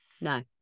no